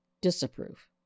disapprove